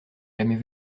jamais